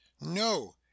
No